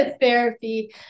therapy